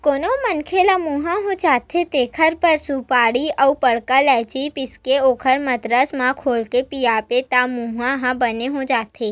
कोनो मनखे ल मुंहा हो जाथे तेखर बर सुपारी अउ बड़का लायची पीसके ओला मंदरस म घोरके पियाबे त मुंहा ह बने हो जाथे